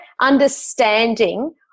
understanding